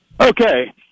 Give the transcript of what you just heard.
Okay